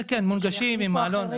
כן, מונגשים, עם מעלון.